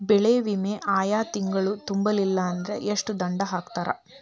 ಬೆಳೆ ವಿಮಾ ಆಯಾ ತಿಂಗ್ಳು ತುಂಬಲಿಲ್ಲಾಂದ್ರ ಎಷ್ಟ ದಂಡಾ ಹಾಕ್ತಾರ?